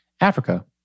Africa